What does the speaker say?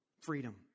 freedom